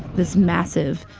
this massive,